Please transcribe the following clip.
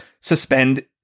Suspend